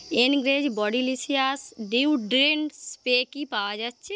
engage Bodylicious deodorant spray কি পাওয়া যাচ্ছে